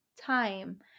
time